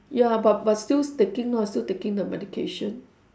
ya but but still taking lah still taking the medication